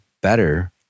better